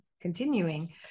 continuing